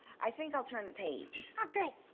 i think i'll turn the page. oh good.